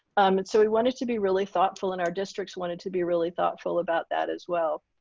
um and so we wanted to be really thoughtful in our districts wanted to be really thoughtful about that as well.